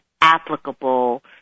applicable